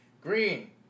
Green